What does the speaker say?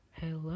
Hello